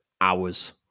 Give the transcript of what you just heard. hours